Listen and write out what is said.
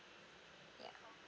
ya